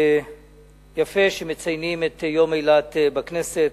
יפה שמציינים את יום אילת בכנסת,